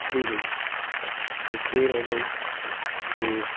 جی جی جی جی کھیر ہو گئی جی